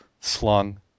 slung